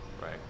right